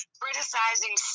criticizing